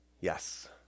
yes